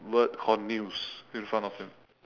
word called news in front of him